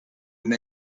and